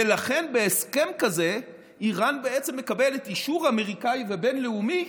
ולכן בהסכם כזה איראן בעצם מקבלת אישור אמריקני ובין-לאומי